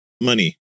money